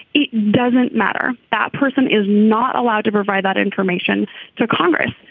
it doesn't matter. that person is not allowed to provide that information to congress.